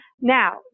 Now